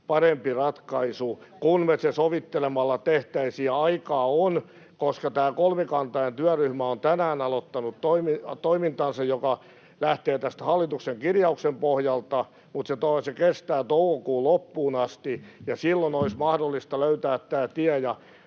parempi ratkaisu, kun me se sovittelemalla tehtäisiin. Aikaa on, koska tämä kolmikantainen työryhmä on tänään aloittanut toimintansa, joka lähtee tästä hallituksen kirjauksen pohjalta, mutta se kestää toukokuun loppuun asti, ja silloin olisi mahdollista löytää tämä tie.